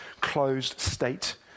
closed-state